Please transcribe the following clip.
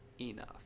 enough